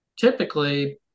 typically